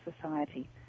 society